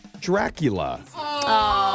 Dracula